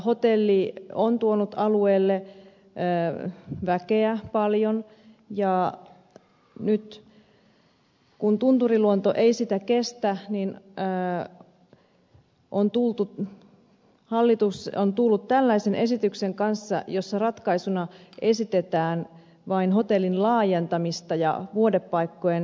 hotelli on tuonut alueelle paljon väkeä ja nyt kun tunturiluonto ei sitä kestä hallitus on tullut tällaisen esityksen kanssa jossa ratkaisuna esitetään vain hotellin laajentamista ja vuodepaikkojen lisäämistä